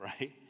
right